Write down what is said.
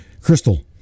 crystal